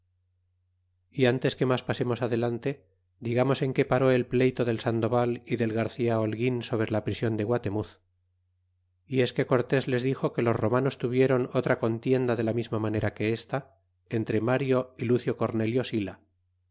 y ntes que mas pasemos adelante digamos en qué paró el pleyto del sandoval y del garcía holguin sobre la prision de guatemuz y es que cortés les dixo que los romanos tuvieron otra contienda de la misma manera que esta entre mario y lucio cornelio si